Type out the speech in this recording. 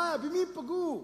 במי הם פגעו?